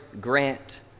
grant